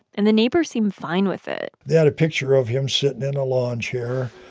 and the neighbors seemed fine with it they had a picture of him sitting in a lawn chair,